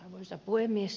arvoisa puhemies